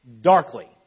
darkly